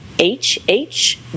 H-H